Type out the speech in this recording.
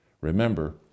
Remember